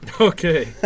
okay